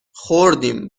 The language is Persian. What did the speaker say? خوردیم